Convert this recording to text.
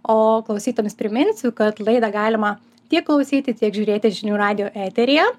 o klausytojams priminsiu kad laidą galima tiek klausyti tiek žiūrėti žinių radijo eteryje